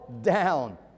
down